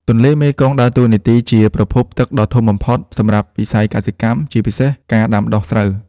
ទន្លេមេគង្គដើរតួនាទីជាប្រភពទឹកដ៏ធំបំផុតសម្រាប់វិស័យកសិកម្ម ជាពិសេសការដាំដុះស្រូវ។